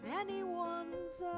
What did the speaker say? anyone's